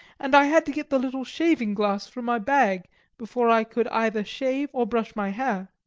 and i had to get the little shaving glass from my bag before i could either shave or brush my hair.